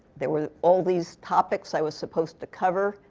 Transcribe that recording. there were all these topics i was supposed to cover.